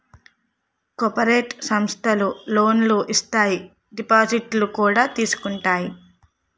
cooperative సమస్థలు లోనులు ఇత్తాయి దిపాజిత్తులు కూడా తీసుకుంటాయి